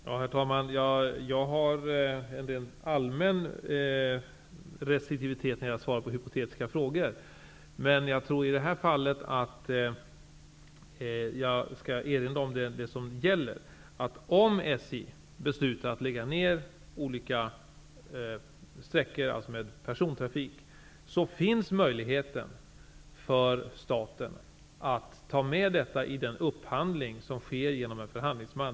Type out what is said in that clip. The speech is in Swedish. Herr talman! Jag har en allmän restriktivitet mot att svara på hypotetiska frågor. Men jag vill i detta fall erinra om det som gäller. Om SJ beslutar att lägga ner persontrafik på olika sträckor, finns möjligheten staten att ta med detta i den upphandling som sker genom en förhandlingsman.